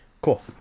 Cool